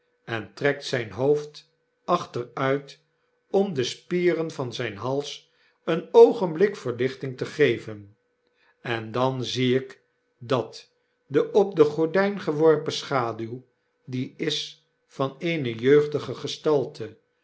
en trekt zyn hoofd achteruit om de spieren van zyn hals een oogenblik verlichting te geven en dan zie ik dat de op de gordyn geworpen schaduw die is van eene jeugdige gestalte